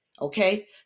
okay